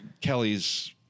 Kelly's